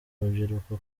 urubyiruko